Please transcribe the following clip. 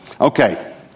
Okay